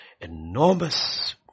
enormous